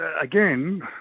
again